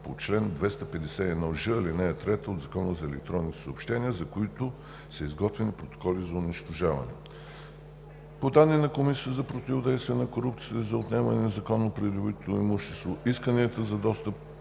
по чл. 251ж, ал. 3 от Закона за електронните съобщения, за които са изготвени протоколи за унищожаване. По данни на Комисията за противодействие на корупцията и за отнемане на незаконно придобитото имущество исканията за достъп